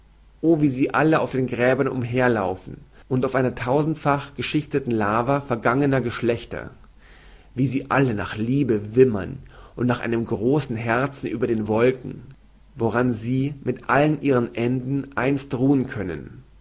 o wie sie alle die auf den gräbern umherlaufen und auf einer tausendfach geschichteten lava vergangener geschlechter wie sie alle nach liebe wimmern und nach einem großen herzen über den wolken woran sie mit allen ihren erden einst ruhen können